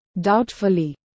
Doubtfully